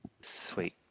Sweet